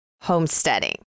homesteading